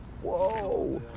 Whoa